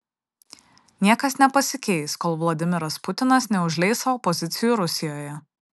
niekas nepasikeis kol vladimiras putinas neužleis savo pozicijų rusijoje